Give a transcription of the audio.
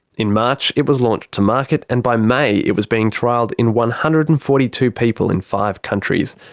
in march it was launched to market and by may it was being trialled in one hundred and forty two people in five countries,